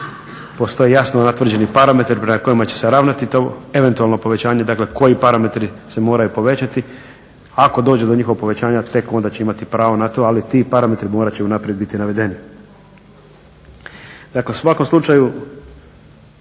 postoji jasno utvrđeni parametar prema kojemu će se ravnati to eventualno povećanje, dakle, koji parametri se moraju povećati. Ako dođe do njihovog povećanja tek onda će imati pravo na to, ali ti parametri morati će unaprijed biti navedeni. Dakle, u svakom slučaju